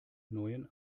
neuen